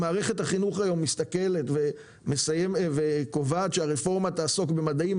אם מערכת החינוך היום מסתכלת וקובעת שהרפורמה תעסוק במדעים,